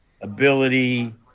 ability